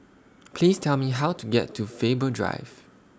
Please Tell Me How to get to Faber Drive